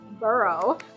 Burrow